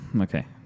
Okay